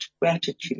gratitude